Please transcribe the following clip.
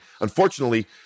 Unfortunately